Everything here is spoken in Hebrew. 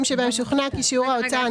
שבהם שוכנע כי שיעור ההוצאה --- רגע,